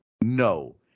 no